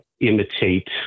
imitate